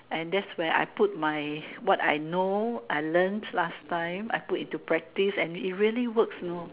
and thats where I put my what I know I learnt last time I put into practice and it really works know